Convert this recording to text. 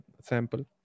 sample